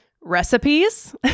recipes